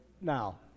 now